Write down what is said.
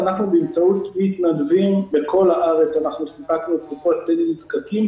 באמצעות מתנדבים בכל הארץ סיפקנו תרופות לנזקקים.